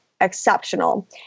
exceptional